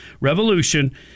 revolution